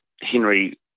Henry